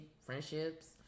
friendships